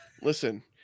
Listen